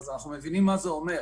אנחנו מבינים מה זה אומר.